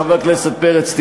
חבר הכנסת פרץ,